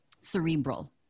cerebral